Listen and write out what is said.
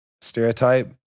stereotype